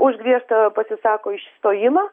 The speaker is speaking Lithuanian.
už griežtą pasisako išstojimą